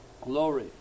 glory